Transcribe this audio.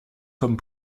comme